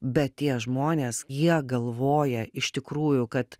bet tie žmonės jie galvoja iš tikrųjų kad